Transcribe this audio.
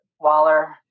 Waller